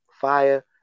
fire